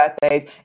birthdays